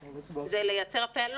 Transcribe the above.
--- לא.